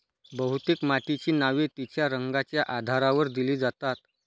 बहुतेक मातीची नावे तिच्या रंगाच्या आधारावर दिली जातात